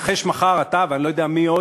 תתכחש מחר, אתה ואני לא יודע מי עוד,